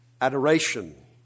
adoration